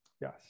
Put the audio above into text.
Yes